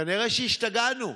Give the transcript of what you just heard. כנראה שהשתגענו.